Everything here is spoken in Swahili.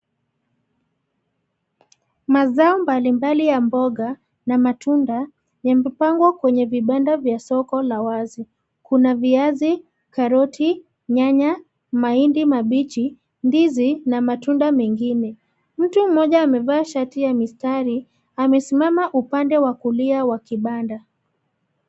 Mazao mbalimbali ya mboga, na matunda, yamepangwa kwenye vibanda vya soko la wazi. Kuna viazi, karoti, nyanya, mahindi mabichi, ndizi na matunda mengine. Mtu mmoja amevaa shati ya mistari, amesimama upande wa kulia wa kibanda.